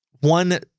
one